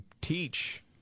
teach